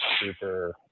super